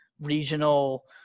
regional